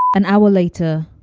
and hour later,